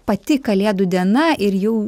pati kalėdų diena ir jau